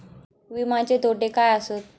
विमाचे तोटे काय आसत?